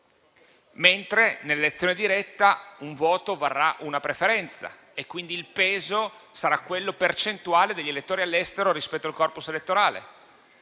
mentre nell'elezione diretta un voto varrà una preferenza e quindi il peso sarà quello percentuale degli elettori all'estero rispetto al corpo elettorale.